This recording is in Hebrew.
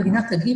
המדינה תגיב,